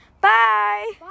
bye